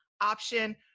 option